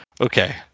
okay